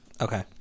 Okay